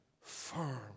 firm